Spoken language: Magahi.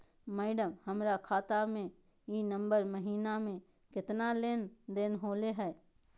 मैडम, हमर खाता में ई नवंबर महीनमा में केतना के लेन देन होले है